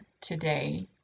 today